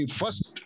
first